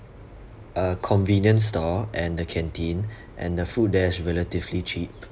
a convenience store and the canteen and the food there is relatively cheap